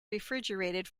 refrigerated